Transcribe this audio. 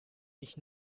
mich